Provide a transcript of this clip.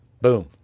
boom